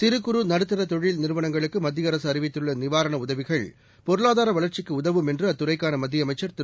சிறு குறு நடுத்தர தொழில் நிறுவனங்களுக்கு மத்திய அரசு அறிவித்துள்ள நிவாரண உதவிகள் பொருளாதார வளர்ச்சிக்கு உதவும் என்று அத்துறைக்கான மத்திய அமைச்சர் திரு